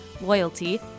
loyalty